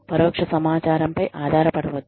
పరోక్ష సమాచారంపై ఆధారపడవద్దు